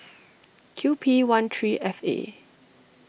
Q P one three F A